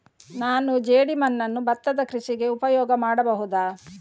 ನಾನು ಜೇಡಿಮಣ್ಣನ್ನು ಭತ್ತದ ಕೃಷಿಗೆ ಉಪಯೋಗ ಮಾಡಬಹುದಾ?